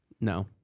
no